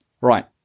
Right